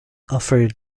offer